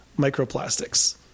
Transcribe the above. microplastics